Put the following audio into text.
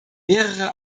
mehrere